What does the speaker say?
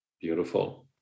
Beautiful